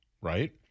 right